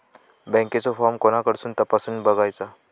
बँकेचो फार्म कोणाकडसून तपासूच बगायचा?